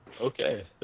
Okay